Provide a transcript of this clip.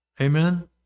Amen